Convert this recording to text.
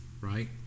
right